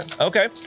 Okay